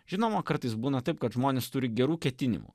žinoma kartais būna taip kad žmonės turi gerų ketinimų